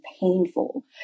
painful